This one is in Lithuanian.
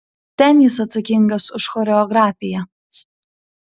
ten jis atsakingas už choreografiją